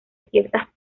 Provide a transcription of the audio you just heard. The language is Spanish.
ciertas